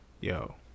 Yo